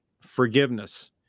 forgiveness